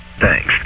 Thanks